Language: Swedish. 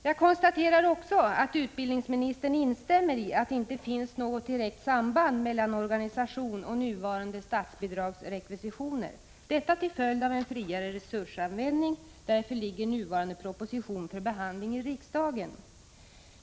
Jag konstaterar också att utbildningsministern instämmer i att det inte finns något direkt samband mellan organisation och nuvarande statsbidragsrekvisitioner, detta till följd av en friare resursanvändning. Därför ligger nuvarande proposition för behandling i riksdagen.